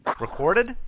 recorded